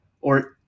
or-